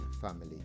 family